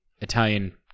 italian